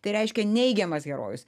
tai reiškia neigiamas herojus